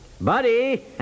Buddy